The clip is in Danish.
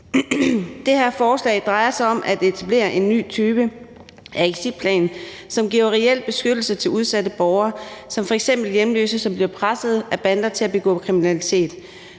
Det her forslag drejer sig om at etablere en ny type exitplan, som giver reel beskyttelse til udsatte borgere som f.eks. hjemløse, som bliver presset af bander til at begå kriminalitet.